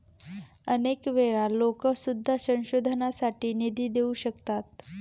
अनेक वेळा लोकं सुद्धा संशोधनासाठी निधी देऊ शकतात